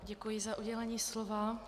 Děkuji za udělení slova.